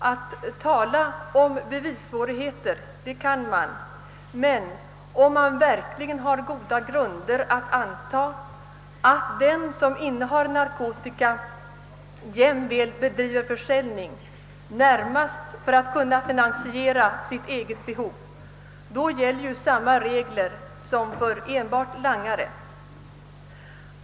Man kan tala om bevissvårigheter, men om man verkligen har goda grunder att anta, att den som innehar narkotika jämväl bedriver försäljning, närmast för att kunna finansiera sitt eget behov, gäller ju samma regler som för enbart langare.